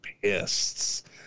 pissed